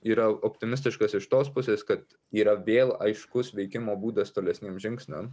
yra optimistiškas iš tos pusės kad yra vėl aiškus veikimo būdas tolesniem žingsniam